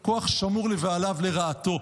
הוא כוח "שמור לבעליו לרעתו".